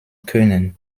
können